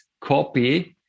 copy